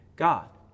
God